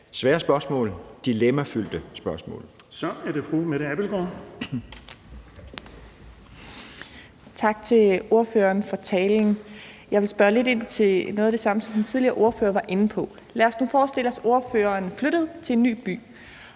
Så er det fru Mette Abildgaard. Kl. 15:21 Mette Abildgaard (KF): Tak til ordføreren for talen. Jeg vil spørge lidt ind til noget af det samme, som den tidligere ordfører var inde på. Lad os forestille os, at ordføreren flyttede til en ny by